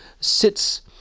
sits